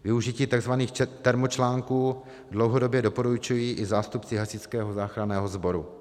Využití takzvaných termočlánků dlouhodobě doporučují i zástupci Hasičského záchranného sboru.